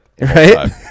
Right